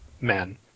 men